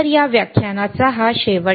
तर या व्याख्यानाचा हा शेवट